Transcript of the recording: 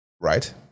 right